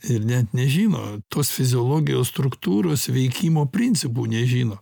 ir net nežino tos fiziologijos struktūros veikimo principų nežino